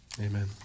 Amen